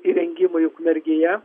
įrengimui ukmergėje